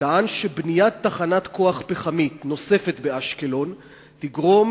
טען שבניית תחנת כוח פחמית נוספת באשקלון תגרום